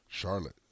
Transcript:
Charlotte